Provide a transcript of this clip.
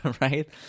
right